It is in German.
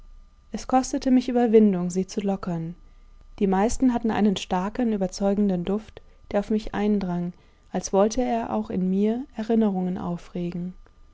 es kostete mich überwindung sie zu lockern die meisten hatten einen starken überzeugenden duft der auf mich eindrang als wollte er auch in mir erinnerungen aufregen